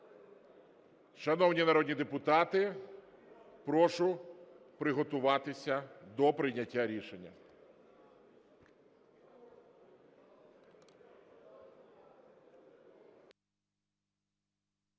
Шановні народні депутати, прошу приготуватися до прийняття рішення.